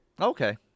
Okay